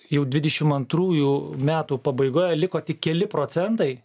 jau dvidešim antrųjų metų pabaigoje liko tik keli procentai